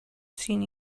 seen